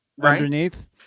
underneath